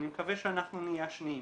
אני מקווה שנהיה השניים.